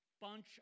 Bunch